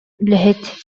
үлэһит